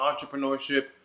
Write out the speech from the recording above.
Entrepreneurship